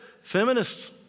Feminists